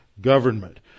government